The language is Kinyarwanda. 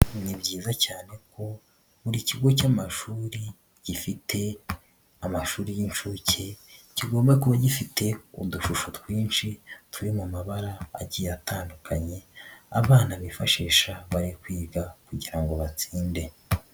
Ni byiza cyane ko buri kigo cy'amashuri gifite amashuri y'inshuke kigomba kuba gifite udushusho twinshi turi mu mabara agiye atandukanye, abana bifashisha bari kwiga kugira ngo batsinde.